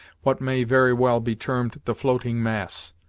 what may very well be termed the floating mass.